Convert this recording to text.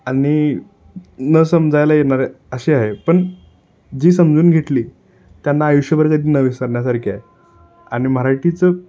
आणि न समजायला येणारे अशी आहे पण जी समजून घेतली त्यांना आयुष्यभर न विसरण्यासारखी आहे आणि मराठीचं